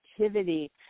activity